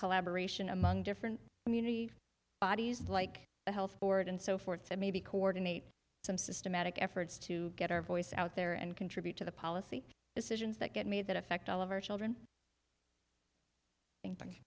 collaboration among different community bodies like the health board and so forth and maybe coordinate some systematic efforts to get our voice out there and contribute to the policy decisions that get made that affect all of our children thank